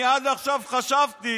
אני עד עכשיו חשבתי